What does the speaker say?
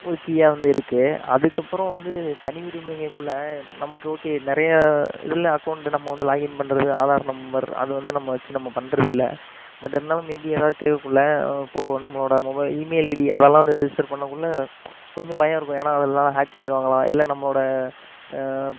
ஒரு கீயாக வந்து இருக்குது அதுக்கப்புறம் வந்து தனி உரிமைங்கக்குள்ளே நமக்கு ஓகே நிறையா இதில் அக்கௌண்டு நம்ம வந்து லாக்இன் பண்ணுறது ஆதார் நம்பர் அது வந்து நம்ம வச்சு நம்ம பண்ணுறது இல்லை பட் இருந்தாலும் மேபி ஏதாவது கேட்கக்குள்ள இப்போது நம்மளோடய மொபைல் இமெயில் ஐடி அதெல்லாம் வந்து ரிஜிஸ்டர் பண்ணக்குள்ளே கொஞ்சம் பயம் இருக்கும் ஏன்னா அதெல்லாம் ஹேக் பண்ணிவிடுவாங்களா இல்லை நம்மளோடய